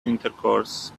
intercourse